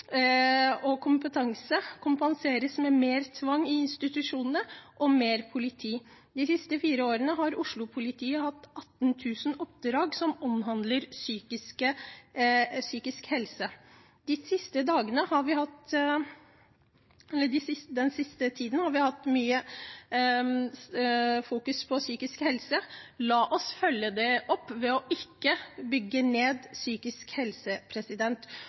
kompetanse kompenseres med mer tvang i institusjonene og mer politi. De siste fire årene har Oslo-politiet hatt 18 000 oppdrag som omhandler psykisk helse. Den siste tiden har vi hatt mye fokus på psykisk helse. La oss følge det opp ved ikke å bygge ned psykisk helse.